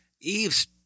Eve's –